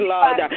Lord